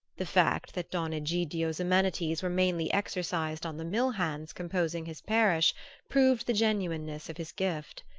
the fact that don egidio's amenities were mainly exercised on the mill-hands composing his parish proved the genuineness of his gift.